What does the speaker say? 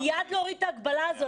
מיד להוריד את ההגבלה הזאת.